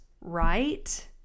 right